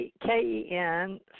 K-E-N